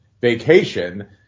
vacation